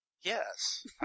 Yes